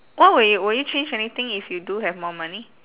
what will you will you change anything if you do have more money